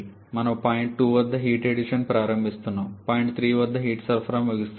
మనము పాయింట్ 2 వద్ద heat addition ప్రారంభిస్తున్నాము పాయింట్ 3 వద్ద హీట్ సరఫరాని ముగిస్తున్నాము